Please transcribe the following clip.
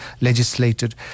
legislated